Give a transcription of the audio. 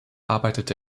arbeitete